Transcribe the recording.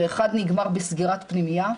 שאחד נגמר בסגירת פנימייה,